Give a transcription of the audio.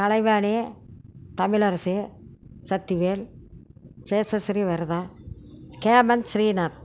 கலைவாணி தமிழரசி சக்திவேல் சேஷஸ்ரீவரதம் கேமல் ஸ்ரீநாத்